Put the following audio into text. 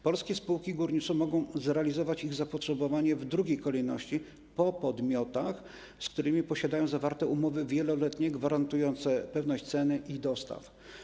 Polskie spółki górnicze mogą zrealizować ich zapotrzebowanie w drugiej kolejności, po podmiotach, z którymi posiadają zawarte wieloletnie umowy gwarantujące pewność ceny i dostaw.